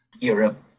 Europe